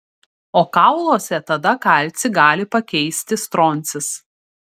o kauluose tada kalcį gali pakeisti stroncis